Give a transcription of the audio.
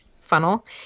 Funnel